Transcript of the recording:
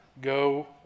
go